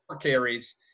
carries